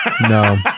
No